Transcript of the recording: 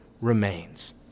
remains